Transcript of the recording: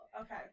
Okay